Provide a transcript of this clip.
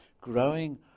growing